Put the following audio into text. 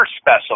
special